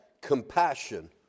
compassion